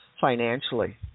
financially